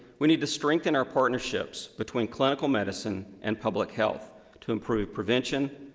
we need to strengthen our partnerships between clinical medicine and public health to improve prevention,